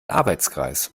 arbeitskreis